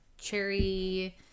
Cherry